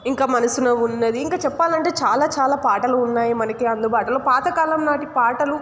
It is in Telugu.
ఇంకా మనసున ఉన్నది ఇంకా చెప్పాలంటే చాలా చాలా పాటలు ఉన్నాయి మనకి అందుబాటులో పాతకాలం నాటి పాటలు